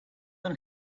then